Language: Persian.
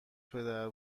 پدر